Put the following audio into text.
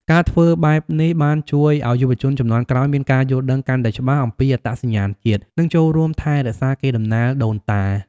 ការធ្វើបែបនេះបានជួយឱ្យយុវជនជំនាន់ក្រោយមានការយល់ដឹងកាន់តែច្បាស់អំពីអត្តសញ្ញាណជាតិ និងចូលរួមថែរក្សាកេរដំណែលដូនតា។